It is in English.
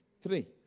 Three